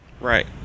Right